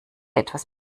etwas